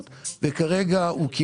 עברנו את 2008 ואת הקורונה בצורה טובה,